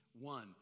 One